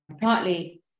partly